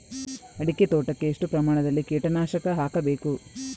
ಅಡಿಕೆ ತೋಟಕ್ಕೆ ಎಷ್ಟು ಪ್ರಮಾಣದಲ್ಲಿ ಕೀಟನಾಶಕ ಹಾಕಬೇಕು?